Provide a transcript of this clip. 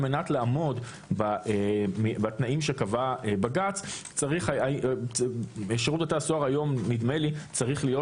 על מנת לעמוד בתנאים שקבע בג"ץ שירות בתי הסוהר נדמה לי שצריך להיות